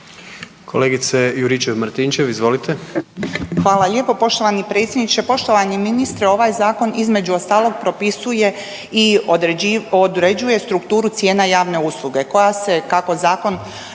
izvolite. **Juričev-Martinčev, Branka (HDZ)** Hvala lijepo poštovani predsjedniče, poštovani ministre. Ovaj Zakon između ostalog propisuje i određuje strukturu cijena javne usluge,